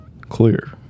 clear